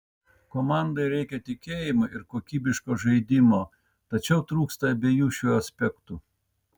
komandai reikia tikėjimo ir kokybiško žaidimo tačiau trūksta abiejų šių aspektų